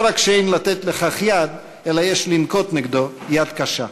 לא רק שאין לתת לכך יד, אלא יש לנקוט נגדם יד קשה.